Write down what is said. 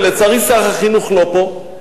ולצערי שר החינוך לא פה,